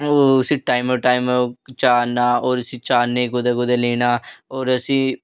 उसी टैमों टैम चारना होर उसी चारनै गी कुदै कुदै लैना होर उसी